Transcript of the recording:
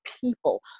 people